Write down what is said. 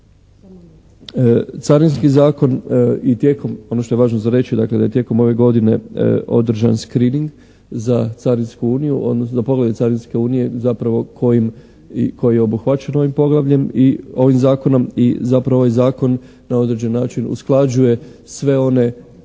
Carinski zakon i tijekom, ono što je važno za reći, dakle da je tijekom ove godine održan screening za carinsku uniju, odnosno za poglavlje carinske unije zapravo kojim, koji obuhvaćeno ovim poglavljem i ovim zakonom. I zapravo ovaj zakon na određeni način usklađuje sve one